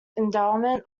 endowment